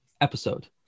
episode